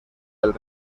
del